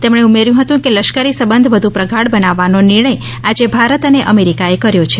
તેમણે ઉમેર્યું હતું કે લશ્કરી સંબંધ વધુ પ્રગાઢ બનાવવાનો નિર્ણય આજે ભારત અને અમેરિકાએ કર્યો છે